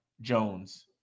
Jones